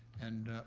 and,